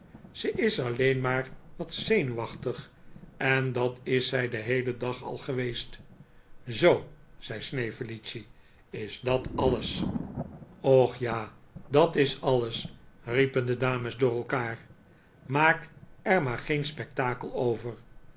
ze is alleen maar wat zenuwachtig en dat is zij den heelen dag al geweest zoo zei snevellicci is da alles och ja dat is alles riepen de dames door elkaar maak er maar geen spektakel over